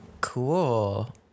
Cool